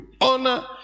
Honor